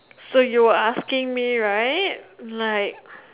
so you asking me right like